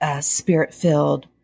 spirit-filled